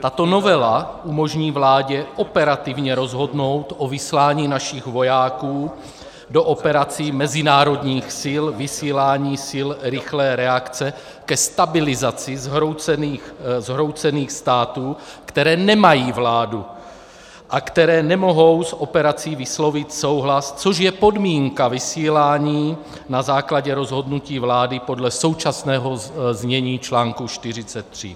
Tato novela umožní vládě operativně rozhodnout o vyslání našich vojáků do operací mezinárodních sil, vysílání sil rychlé reakce ke stabilizaci zhroucených států, které nemají vládu a které nemohou s operací vyslovit souhlas, což je podmínka vysílání na základě rozhodnutí vlády podle současného znění článku 43.